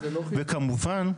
וכמובן,